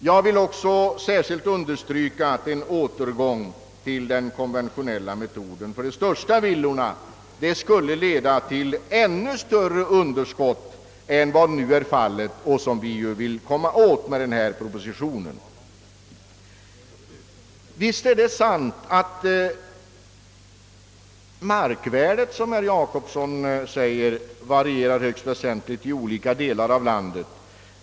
Jag vill också understryka att en återgång till den konventionella inkomstberäkningsmetoden för större villafastigheter sannolikt skulle leda till större underskott på ifrågavarande fastigheter än vad som nu är fallet — underskott som vi vill söka eliminera genom förslaget. Visst är det sant som herr Jacobsson och hans kamrat framhållit i sin motion, att markvärdet varierar högst väsentligt i olika delar av landet.